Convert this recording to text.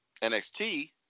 NXT